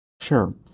Sure